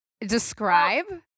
describe